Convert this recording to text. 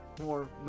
more